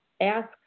ask